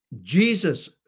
Jesus